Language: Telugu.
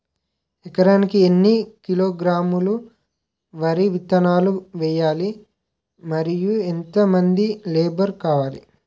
ఎకరానికి ఎన్ని కిలోగ్రాములు వరి విత్తనాలు వేయాలి? మరియు ఎంత మంది లేబర్ కావాలి?